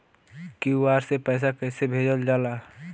QR से पैसा कैसे भेजल जाला?